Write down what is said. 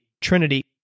Trinity